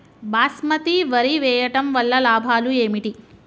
బాస్మతి వరి వేయటం వల్ల లాభాలు ఏమిటి?